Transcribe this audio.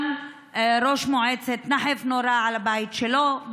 גם ראש מועצת נחף, הבית שלו נורה.